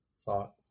thought